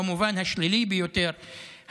במובן השלילי ביותר,